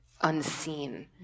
unseen